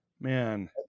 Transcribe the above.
Man